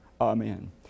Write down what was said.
Amen